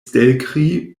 stelkri